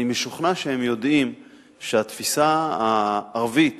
אני משוכנע שהם יודעים שהתפיסה הערבית